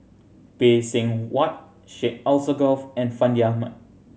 Phay Seng Whatt Syed Alsagoff and Fandi Ahmad